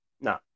No